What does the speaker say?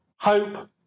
hope